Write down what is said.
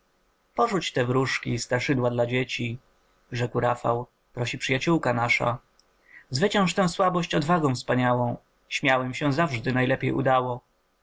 porzuć te wróżki straszydła dla dzieci rzekł rafał prosi przyjaciółka nasza zwycięż tę słabość odwagą wspaniałą śmiałym się zawsze najlepiej udało